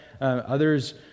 Others